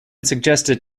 suggested